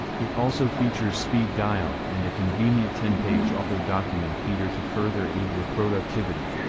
it also features speed-dial and a convenient ten page auto document feeder to further aid your productivity.